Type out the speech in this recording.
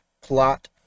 plot